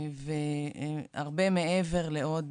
והרבה מעבר לעוד